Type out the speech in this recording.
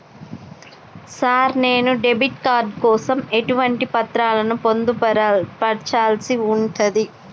Sir నేను debit card కోసం ఎటువంటి పత్రాలను పొందుపర్చాల్సి ఉంటది?